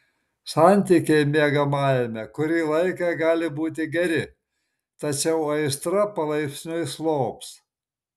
santykiai miegamajame kurį laiką gali būti geri tačiau aistra palaipsniui slops